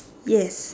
yes